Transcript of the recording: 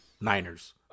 Niners